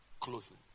Closing